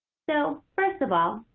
so, first of all,